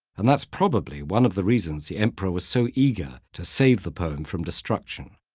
and that's probably one of the reasons the emperor was so eager to save the poem from destruction.